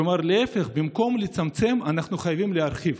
כלומר, להפך, במקום לצמצם אנחנו חייבים להרחיב.